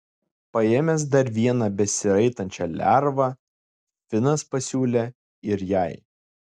paėmęs dar vieną besiraitančią lervą finas pasiūlė ir jai